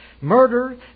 murder